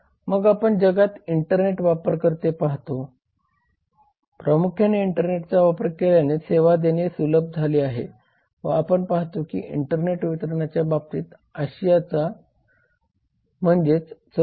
मग आपण जगात इंटरनेट वापरकर्ते पाहतो प्रामुख्याने इंटरनेटच्या वापर केल्याने सेवा देणे सुलभ झाले आहे व आपण पाहतो की इंटरनेट वितरणाच्या बाबतीत आशियाचा 2754 म्हणजे 44